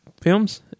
films